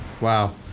Wow